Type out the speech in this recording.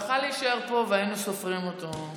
הוא יכול היה להישאר פה והיינו סופרים אותו.